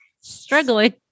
struggling